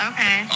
Okay